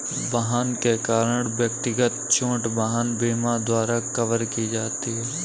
वाहन के कारण व्यक्तिगत चोट वाहन बीमा द्वारा कवर की जाती है